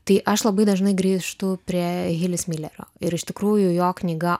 tai aš labai dažnai grįžtu prie hilis milerio ir iš tikrųjų jo knyga